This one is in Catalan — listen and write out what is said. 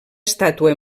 estàtua